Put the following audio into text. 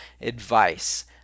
advice